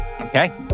Okay